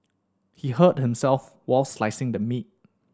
he hurt himself while slicing the meat